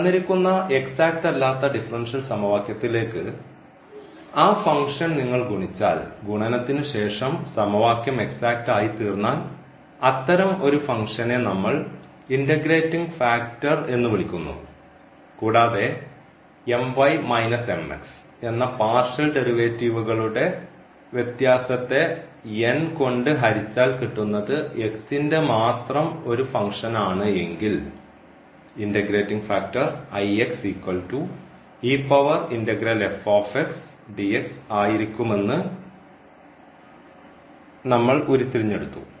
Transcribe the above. തന്നിരിക്കുന്ന എക്സാറ്റ് അല്ലാത്ത ഡിഫറൻഷ്യൽ സമവാക്യത്തിലേക്ക് ആ ഫംഗ്ഷൻ നിങ്ങൾ ഗുണിച്ചാൽ ഗുണനത്തിന് ശേഷം സമവാക്യം എക്സാറ്റ് ആയി തീർന്നാൽ അത്തരം ഒരു ഫങ്ക്ഷനെ നമ്മൾ ഇൻറഗ്രേറ്റിംഗ് ഫാക്ടർ എന്ന് വിളിക്കുന്നു കൂടാതെ എന്ന പാർഷ്യൽ ഡെറിവേറ്റീവ്കളുടെ വ്യത്യാസത്തെ കൊണ്ട് ഹരിച്ചാൽ കിട്ടുന്നത് ന്റെ മാത്രം ഒരു ഫംഗ്ഷനാണ് എങ്കിൽ ഇൻറഗ്രേറ്റിംഗ് ഫാക്ടർ ആയിരിക്കുമെന്ന് നമ്മൾ ഉരുത്തിരിഞ്ഞു എടുത്തു